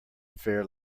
fair